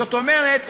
זאת אומרת,